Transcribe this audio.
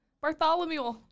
Bartholomew